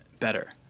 better